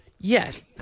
Yes